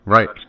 Right